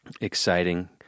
exciting